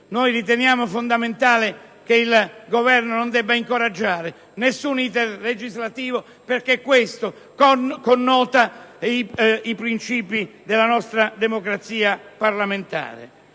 Noi riteniamo fondamentale che il Governo non debba incoraggiare nessun *iter* legislativo perché questo connota i principi della nostra democrazia parlamentare.